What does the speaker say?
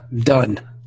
Done